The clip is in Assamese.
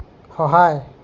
সহায়